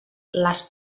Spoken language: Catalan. les